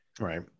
Right